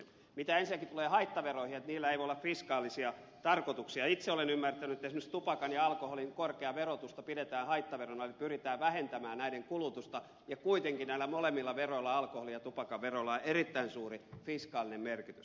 mitä ensinnäkin tulee haittaveroihin että niillä ei voi olla fiskaalisia tarkoituksia itse olen ymmärtänyt että esimerkiksi tupakan ja alkoholin korkeaa verotusta pidetään haittaverona eli pyritään vähentämään näiden kulutusta ja kuitenkin näillä molemmilla veroilla alkoholin ja tupakan verolla on erittäin suuri fiskaalinen merkitys